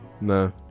No